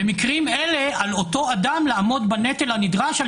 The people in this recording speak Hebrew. במקרים אלה על אותו אדם לעמוד בנטל הנדרש על